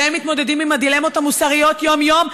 והם מתמודדים עם הדילמות המוסריות יום-יום,